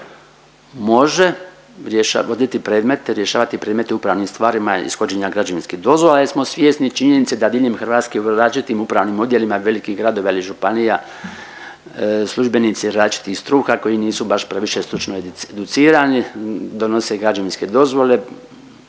rješavati predmete u upravnim stvarima ishođenja građevinskih dozvola jesmo svjesni činjenice da diljem Hrvatske u različitim upravnim odjelima velikih gradova ili županija službenici različitih struka koji nisu baš previše stručno educirani donose građevinske dozvole,